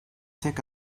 tek